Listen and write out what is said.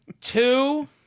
Two